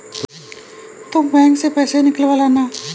तुम बैंक से पैसे निकलवा लाना